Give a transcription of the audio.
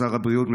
שר הבריאות,